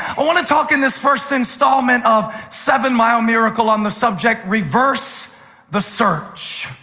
i want to talk in this first installment of seven-mile miracle on the subject reverse the search.